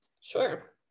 Sure